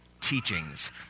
teachings